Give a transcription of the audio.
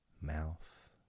Mouth